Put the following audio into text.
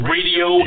Radio